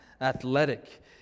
athletic